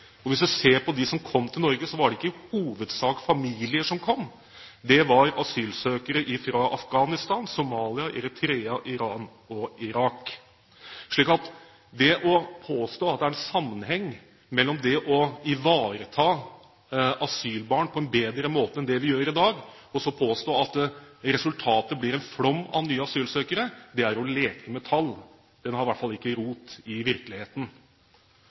og hvis man ser på dem som kom til Norge, så var det ikke i hovedsak familier som kom. Det var asylsøkere fra Afghanistan, Somalia, Eritrea, Iran og Irak. Så det å påstå at resultatet av å ivareta asylbarn på en bedre måte enn det vi gjør i dag, blir en flom av nye asylsøkere, er å leke med tall. Det har i hvert fall ikke rot i virkeligheten.